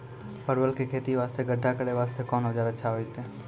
परवल के खेती वास्ते गड्ढा करे वास्ते कोंन औजार अच्छा होइतै?